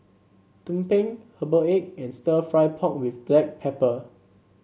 tumpeng Herbal Egg and stir fry pork with Black Pepper